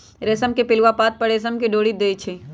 रेशम के पिलुआ पात पर रेशम के डोरी छोर देई छै